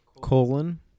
colon